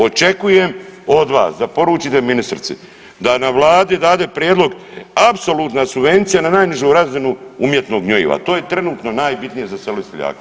Očekujem od vas da poručite ministrici da na vladi dade prijedlog apsolutna subvencija na najnižu razinu umjetnog gnjojiva, to je trenutno najbitnije za selo i seljaka.